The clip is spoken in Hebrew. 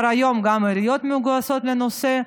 היום גם העיריות מגויסות לנושא.